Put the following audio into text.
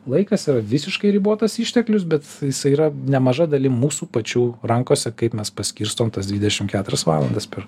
laikas yra visiškai ribotas išteklius bet jisai yra nemaža dalim mūsų pačių rankose kaip mes paskirstom tas dvidešim keturias valandas per